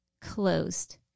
closed